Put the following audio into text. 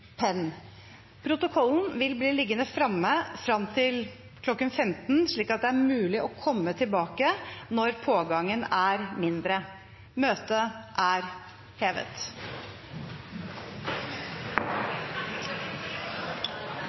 Protokollen vil bli liggende fremme frem til kl. 15, slik at det er mulig å komme tilbake når pågangen er mindre.